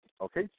Okay